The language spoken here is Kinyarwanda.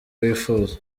wifuza